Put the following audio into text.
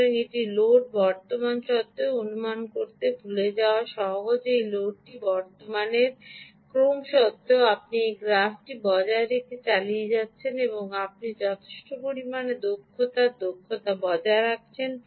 সুতরাং এটি লোড বর্তমান সত্ত্বেও অনুমান করতে ভুলে যাওয়া সহজ যে এই লোড বর্তমানের ক্রম সত্ত্বেও আপনি এই গ্রাফটি বজায় রেখে চালিয়ে যাচ্ছেন আপনি যথেষ্ট পরিমাণে দক্ষতার দক্ষতা বজায় রাখছেন